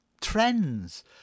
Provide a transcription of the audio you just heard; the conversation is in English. trends